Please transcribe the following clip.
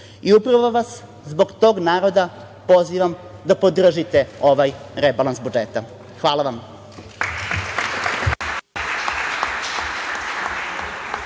Upravo vas zbog tog naroda pozivam da podržite ovaj rebalans budžeta. Hvala vam.